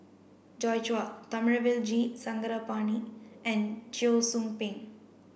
Joi Chua Thamizhavel G Sarangapani and Cheong Soo Pieng